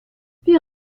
wir